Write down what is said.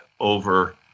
over